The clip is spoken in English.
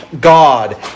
God